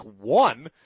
one